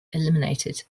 eliminated